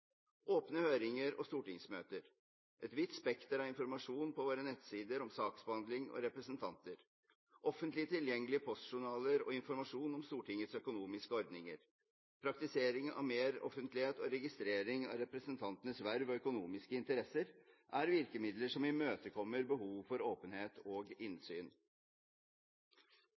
Åpne høringer og stortingsmøter, et vidt spekter av informasjon på våre nettsider om saksbehandling og representanter, offentlig tilgjengelige postjournaler og informasjon om Stortingets økonomiske ordninger, praktiseringen av mer offentlighet og registeret over representantenes verv og økonomiske interesser – dette er virkemidler som imøtekommer behov for åpenhet og innsyn.